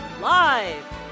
Live